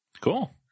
cool